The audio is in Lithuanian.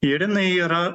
ir jinai yra